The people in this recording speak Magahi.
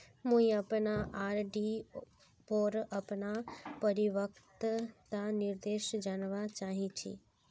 मुई अपना आर.डी पोर अपना परिपक्वता निर्देश जानवा चहची